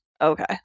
Okay